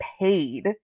paid